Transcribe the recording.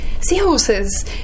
seahorses